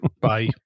Bye